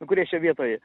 kurie čia vietoj